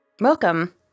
Welcome